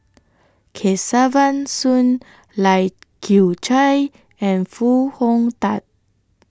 Kesavan Soon Lai Kew Chai and Foo Hong Tatt